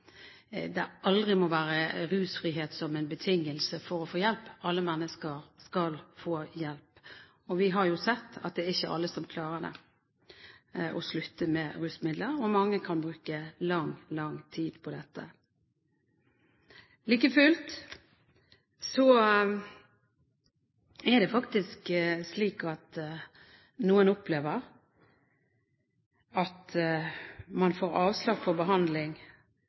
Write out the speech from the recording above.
rusfrihet aldri må være en betingelse for å få hjelp. Alle mennesker skal få hjelp. Vi har jo sett at det er ikke alle som klarer å slutte med rusmidler, og mange kan bruke lang, lang tid på dette. Like fullt er det faktisk slik at noen opplever at man får avslag på behandling